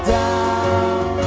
down